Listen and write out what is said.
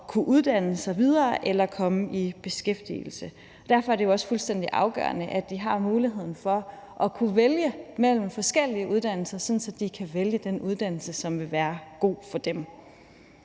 kunne uddanne sig videre eller komme i beskæftigelse. Derfor er det også fuldstændig afgørende, at de har muligheden for at kunne vælge mellem forskellige uddannelser, sådan at de kan vælge den uddannelse, som vil være god for dem.